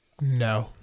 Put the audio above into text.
No